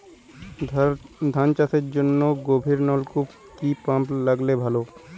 ধান চাষের জন্য গভিরনলকুপ কি পাম্প লাগালে ভালো?